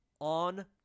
on